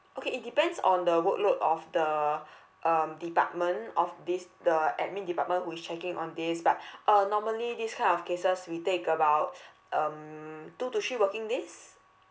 okay it depends on the workload of the um department of this the admin department who is checking on this but uh normally this kind of cases we take about um two to three working days